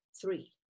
three